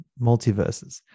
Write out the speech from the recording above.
multiverses